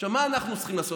מה אנחנו צריכים לעשות?